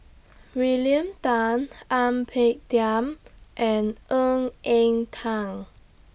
William Tan Ang Peng Tiam and Ng Eng Teng